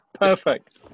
Perfect